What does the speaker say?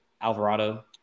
Alvarado